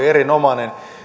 erinomainen